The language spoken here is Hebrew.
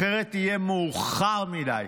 אחרת יהיה מאוחר מדי,